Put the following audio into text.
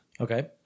Okay